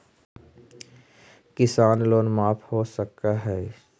किसान लोन माफ हो सक है?